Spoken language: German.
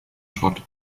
schrott